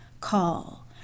call